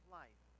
life